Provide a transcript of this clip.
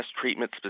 treatment